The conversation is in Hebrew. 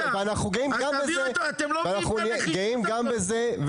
אנחנו גאים גם בזה,